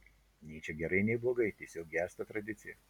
nei čia gerai nei blogai tiesiog gęsta tradicija